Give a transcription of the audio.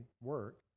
work